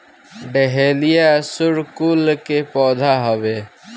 dahlia सूर्यकुल के पौधा हवे